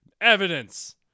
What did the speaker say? Evidence